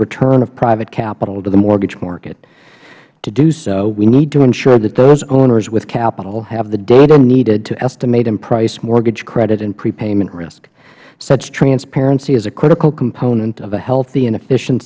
return of private capital to the mortgage market to do so we need to ensure that those owners with capital have the data needed to estimate and price mortgage credit and prepayment risk such transparency is a critical component of a healthy and efficient